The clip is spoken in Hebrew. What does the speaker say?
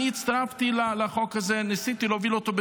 הצטרפתי להצעת החוק הזאת וניסיתי להוביל אותה.